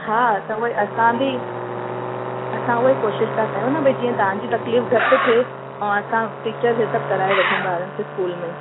हा त उहोई असां बि असां उहोई कोशिशि था कयूं न भई जीअं तव्हांजी तकलीफ़ु घटि थिए ऐं असां टीचर ई सभु कराए वठूं ॿारनि खे स्कूल में